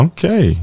Okay